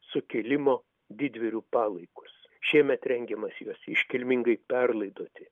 sukilimo didvyrių palaikus šiemet rengiamasi juos iškilmingai perlaidoti